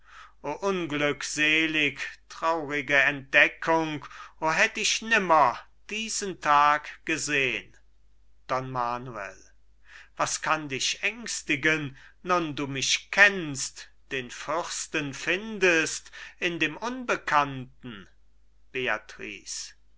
o unglückselig traurige entdeckung o hätt ich nimmer diesen tag gesehn don manuel was kann dich ängstigen nun du mich kennst den fürsten findest in dem unbekannten